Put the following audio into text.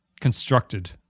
constructed